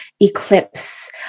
eclipse